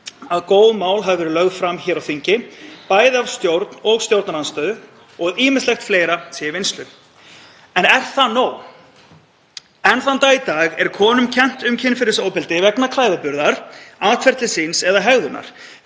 að góð mál hafi verið lögð fram hér á þingi, bæði af stjórn og stjórnarandstöðu, og ýmislegt fleira sé í vinnslu. En er það nóg? Enn þann dag í dag er konum kennt um kynferðisofbeldi vegna klæðaburðar, atferlis síns eða hegðunar.